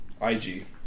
IG